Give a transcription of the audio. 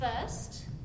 first